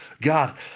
God